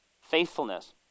faithfulness